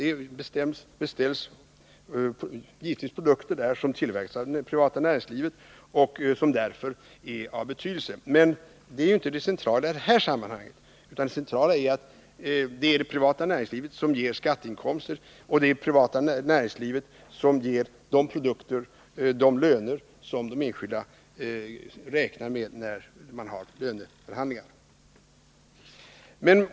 Det beställs givetvis produkter av den offentliga sektorn som tillverkas av det privata näringslivet och som därför är av betydelse. Men det är inte det centrala i detta sammanhang, utan det centrala är att det är det privata näringslivet som ger skatteinkomster och de produkter och löner som de enskilda räknar med vid löneförhandlingarna.